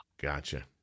Gotcha